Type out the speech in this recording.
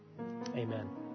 amen